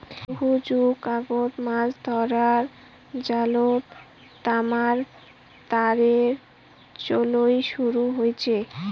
বহু যুগ আগত মাছ ধরার জালত তামার তারের চইল শুরু হইচে